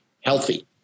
healthy